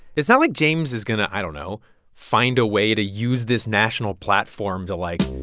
it's not like james is going to i don't know find a way to use this national platform to, like,